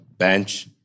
Bench